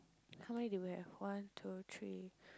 how many do we have one two three